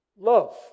Love